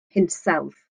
hinsawdd